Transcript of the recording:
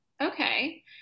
okay